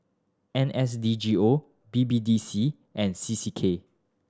N S D G O B B D C and C C K